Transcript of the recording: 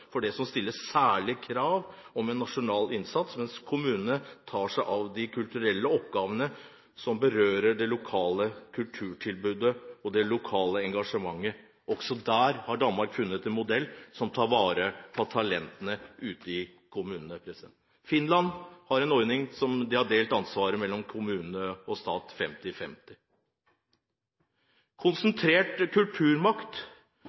for det som stiller særlige krav om en nasjonal innsats, mens kommunene tar seg av de kulturelle oppgavene som berører det lokale kulturtilbudet og det lokale engasjementet. Også der har Danmark funnet en modell som tar vare på talentene ute i kommunene. Finland har en ordning der kommunenes og statens ansvar er fordelt 50/50. Når det